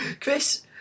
Chris